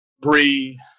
Bree